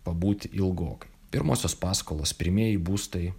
pabūti ilgokai pirmosios paskolos pirmieji būstai